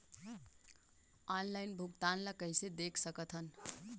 Online भुगतान ल कइसे देख सकथन?